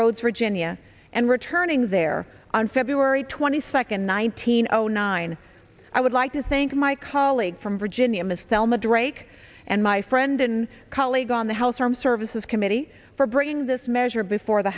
roads virginia and returning there on feb twenty second nineteen zero nine i would like to thank my colleague from virginia ms thelma drake and my friend and colleague on the house armed services committee for bringing this measure before the